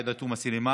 עאידה תומא סלימאן,